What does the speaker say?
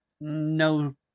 no